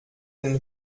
den